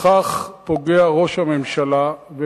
בכך ראש הממשלה פוגע,